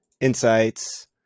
insights